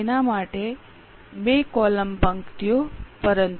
તેના માટે 2 કોલમ પંક્તિઓ જોઇશે